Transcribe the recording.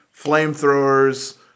flamethrowers